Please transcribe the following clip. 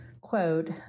quote